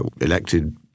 elected